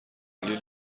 عالی